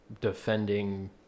defending